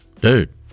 dude